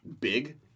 big